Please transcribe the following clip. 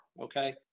Okay